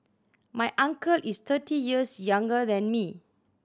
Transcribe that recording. my uncle is thirty years younger than me